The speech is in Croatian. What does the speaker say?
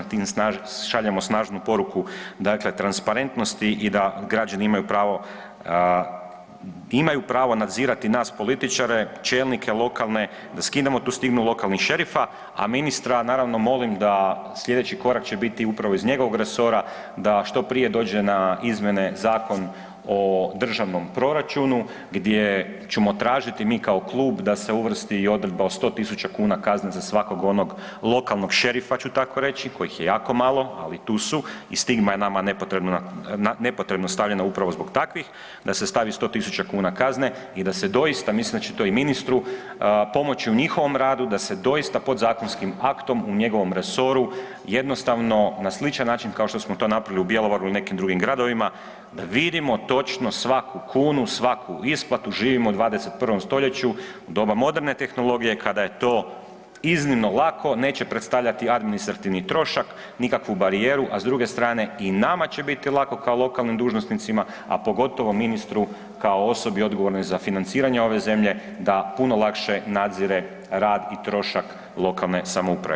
Time šaljemo snažnu poruku dakle, transparentnosti i da građani imaju pravo nadzirati nas političare, čelnike lokalne, da skinemo tu stigmu lokalnih šerifa, a ministra naravno molim da, sljedeći korak će biti upravo iz njegovog resora, da što prije dođe na izmjene Zakon o državnom proračunu gdje ćemo tražiti mi kao klub da se uvrsti i odredba od 100 tisuća kuna kazne za svakog onog lokalnog šerifa ću tako reći, kojih je jako malo, ali tu su i stigma je nama nepotrebno stavljena upravo zbog takvih, da se stavi 100 tisuća kuna kazne i da se doista, mislim da će to i ministru pomoći, u njihovom radu, da se doista podzakonskim aktom u njegovom resoru jednostavno na sličan način kao što smo to napravili u Bjelovaru i nekim drugim gradovima, vidim točno svaku kunu, svaku isplatu, živimo u 21. st., doba moderne tehnologije, kada je to iznimno lako, neće predstavljati administrativni trošak, nikakvu barijeru, a s druge strane, i nama će biti lako kao lokalnim dužnosnicima, a pogotovo ministru kao osobi odgovornoj za financiranje ove zemlje da puno lakše nadzire rad i trošak lokalne samouprave.